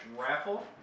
raffle